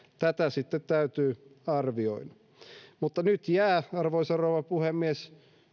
tätä sitten täytyy arvioida mutta nyt jää arvoisa rouva puhemies